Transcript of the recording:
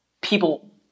People